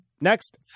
Next